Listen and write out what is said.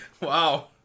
Wow